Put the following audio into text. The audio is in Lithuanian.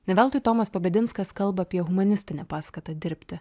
ne veltui tomas pabedinskas kalba apie humanistinę paskatą dirbti